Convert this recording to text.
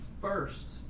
first